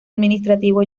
administrativo